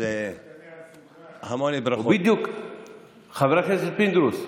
חבר הכנסת פינדרוס,